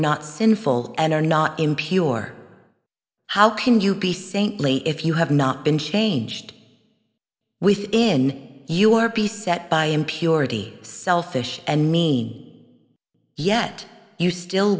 not sinful and are not impure how can you be saintly if you have not been changed within you or be set by impurity selfish and me yet you still